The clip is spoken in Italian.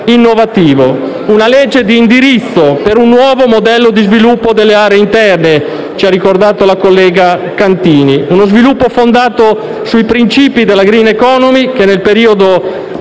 innovativo. È una legge di indirizzo per un nuovo modello di sviluppo delle aree interne, come ha ricordato la collega Cantini: uno sviluppo fondato sui principi della *green economy* che nel periodo